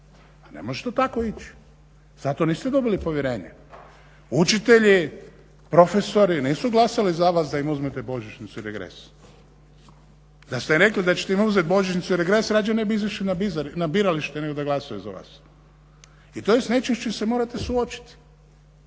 Pa ne može to tako ići. Zato niste dobili povjerenje. Učitelji, profesori nisu glasovali za vas da im uzmete božićnicu i regres. Da ste im rekli da ćete im uzet božićnicu i regres rađe ne bi izašli na biralište nego da glasuju za vas. I to je nešto s čim se morate suočiti,